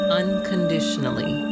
unconditionally